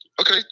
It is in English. Okay